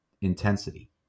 intensity